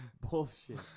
Bullshit